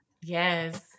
Yes